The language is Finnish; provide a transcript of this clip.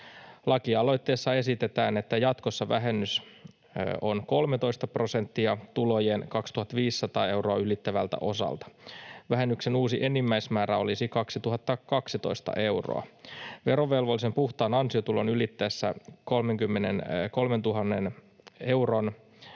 Lakialoitteessa esitetään, että jatkossa vähennys on 13 prosenttia tulojen 2 500 euroa ylittävältä osalta. Vähennyksen uusi enimmäismäärä olisi 2 012 euroa. Verovelvollisen puhtaan ansiotulon ylittäessä 33 000 euroa